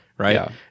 right